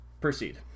Proceed